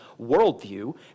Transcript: worldview